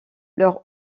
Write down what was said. leurs